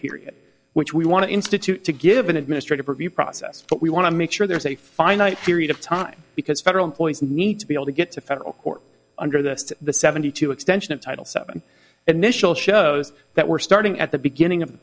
period which we want to institute to give an administrative review process but we want to make sure there is a finite period of time because federal employees need to be able to get to federal court under this to the seventy two extension of title seven initial shows that we're starting at the beginning of the